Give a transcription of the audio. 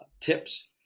tips